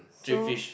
cheap fish